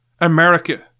America